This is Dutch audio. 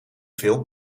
veel